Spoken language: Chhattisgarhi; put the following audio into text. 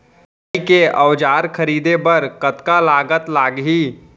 सिंचाई के औजार खरीदे बर कतका लागत लागही?